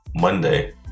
Monday